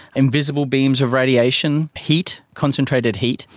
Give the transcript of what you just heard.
invisible beams of radiation, heat, concentrated heat.